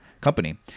company